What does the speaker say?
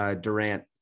Durant